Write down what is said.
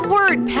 Word